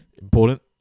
important